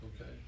Okay